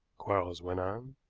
quarles went on.